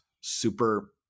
super